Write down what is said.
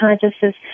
consciousness